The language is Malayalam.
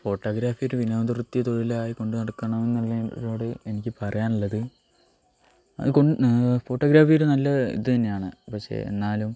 ഫോട്ടോഗ്രാഫി ഒരു വിനോദ വൃത്തി തൊഴിലായി കൊണ്ടു നടക്കണമെന്നുള്ളവരോട് എനിക്ക് പറയാനുള്ളത് അത് ഫോട്ടോഗ്രാഫി ഒരു നല്ല ഇത് തന്നെയാണ് പക്ഷേ എന്നാലും